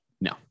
No